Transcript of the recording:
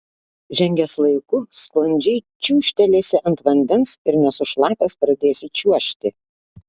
žengęs laiku sklandžiai čiūžtelėsi ant vandens ir nesušlapęs pradėsi čiuožti